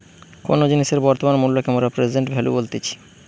কোনো জিনিসের বর্তমান মূল্যকে মোরা প্রেসেন্ট ভ্যালু বলতেছি